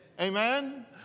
Amen